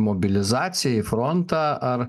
mobilizacijai į frontą ar